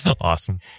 Awesome